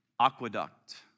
aqueduct